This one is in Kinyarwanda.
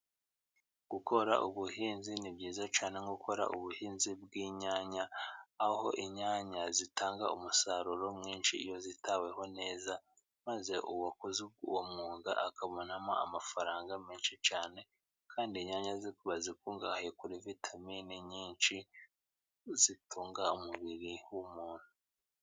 Gukora ubuhinzi ni byiza cyane, nko gukora ubuhinzi bw'inyanya, aho inyanya zitanga umusaruro mwinshi iyo zitaweho neza, maze uwakoze uwo mwuga akabonamo amafaranga menshi cyane. Kandi inyanya zikaba zikungahaye kuri vitamine nyinshi zitunga umubiri w'umuntu.